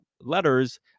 letters